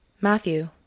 Matthew